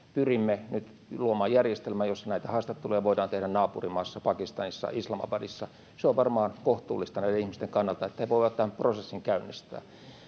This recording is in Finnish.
Pyrimme nyt luomaan järjestelmän, jossa näitä haastatteluja voidaan tehdä naapurimaassa Pakistanissa Islamabadissa. Se on varmaan kohtuullista näiden ihmisten kannalta, että he voivat tämän prosessin käynnistää.